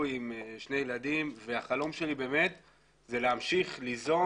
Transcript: נשוי עם שני ילדים והחלום שלי הוא להמשיך ליזום,